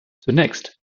zunächst